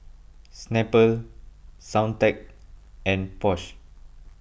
Snapple Soundteoh and Porsche